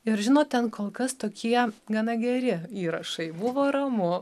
ir žinot ten kol kas tokie gana geri įrašai buvo ramu